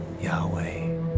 Yahweh